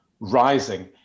rising